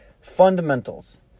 Fundamentals